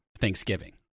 Thanksgiving